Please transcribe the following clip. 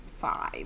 five